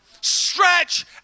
Stretch